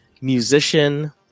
musician